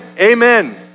amen